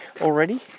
already